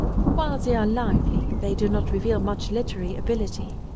for while they are lively they do not reveal much literary ability.